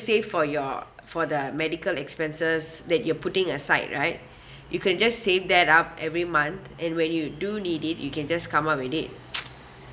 save for your for the medical expenses that you're putting aside right you can just save that up every month and when you do need it you can just come up with it